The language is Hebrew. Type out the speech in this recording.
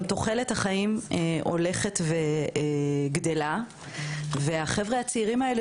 תוחלת החיים עולה ואנחנו מקווים שהחברה הצעירים האלה,